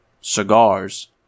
Cigars